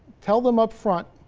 tell them up front.